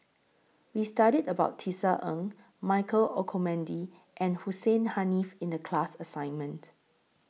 We studied about Tisa Ng Michael Olcomendy and Hussein Haniff in The class assignment